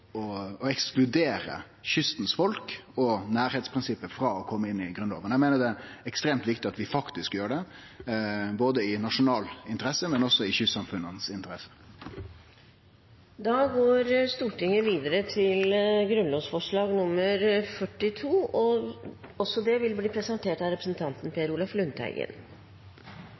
og nærleiksprinsippet frå å kome inn i Grunnloven. Eg meiner det er ekstremt viktig at vi faktisk gjer det. Det er både i nasjonal interesse og i kystsamfunnas interesse. Flere har ikke bedt om ordet til grunnlovsforslag 41. Det er et forslag fra Kjersti Toppe og undertegnede som gjelder støy. Det